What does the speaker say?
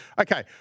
Okay